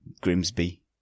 Grimsby